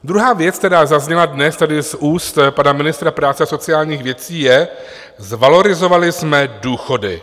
Druhá věc, která zazněla dnes tady z úst pana ministra práce a sociálních věcí, je: zvalorizovali jsme důchody.